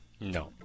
No